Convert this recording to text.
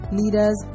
leaders